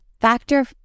factor